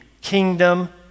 kingdom